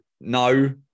no